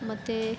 ಮತ್ತು